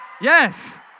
Yes